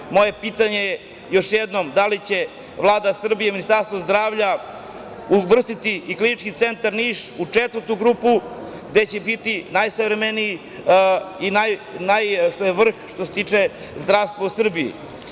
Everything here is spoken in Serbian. Još jednom, moje pitanje je da li će Vlada Srbije, Ministarstvo zdravlja, uvrstiti i Klinički centar Niš u četvrtu grupu, gde će biti najsavremeniji i što je vrh, što se tiče zdravstva u Srbiji?